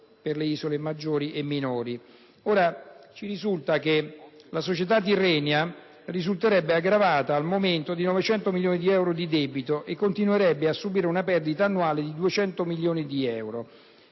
per le isole maggiori e minori. Ci risulta che la società Tirrenia sarebbe aggravata, al momento, di 900 milioni di euro di debito e continuerebbe a subire una perdita annuale di 200 milioni di euro.